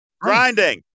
Grinding